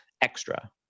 extra